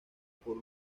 por